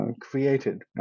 created